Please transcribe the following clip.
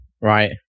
right